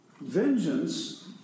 vengeance